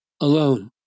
alone